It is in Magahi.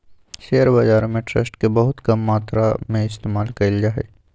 शेयर बाजार में ट्रस्ट के बहुत कम मात्रा में इस्तेमाल कइल जा हई